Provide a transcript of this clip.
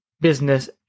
business